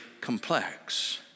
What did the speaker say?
complex